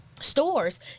stores